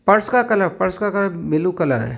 purse का colour purse का colour blue colour है